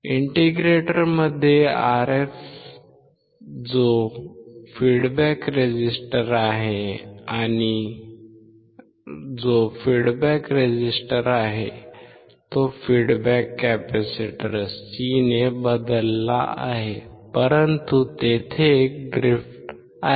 इंटिग्रेटरमध्ये Rf जो feedback resistor आहे तो फीडबॅक कॅपेसिटर C ने बदलला आहे परंतु तेथे एक ड्रिफ्ट आहे